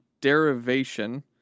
derivation